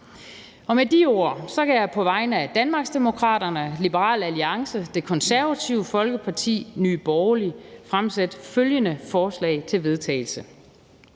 Med de ord kan jeg på vegne af Danmarksdemokraterne, Liberal Alliance, Det Konservative Folkeparti og Nye Borgerlige fremsætte følgende: Forslag til vedtagelse